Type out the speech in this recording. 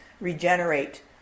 regenerate